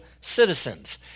citizens